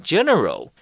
General